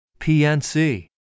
PNC